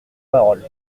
parole